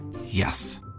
Yes